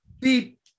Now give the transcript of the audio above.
beep